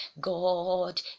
God